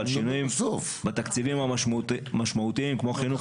אבל שינויים בתקציבים המשמעותיים כמו חינוך